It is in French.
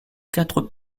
quatre